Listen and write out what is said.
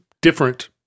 different